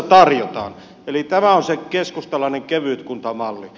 eli tämä on se keskustalainen kevytkuntamalli